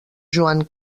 joan